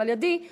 יושב-ראש הכנסת,